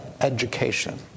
education